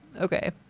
Okay